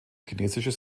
chinesisches